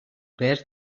pes